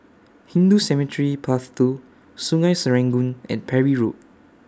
Hindu Cemetery Path two Sungei Serangoon and Parry Road